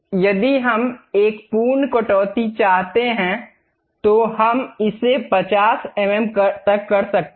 यदि हम एक पूर्ण कटौती चाहते हैं तो हम इसे 50 एमएम तक कर सकते हैं